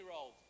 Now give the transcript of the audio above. old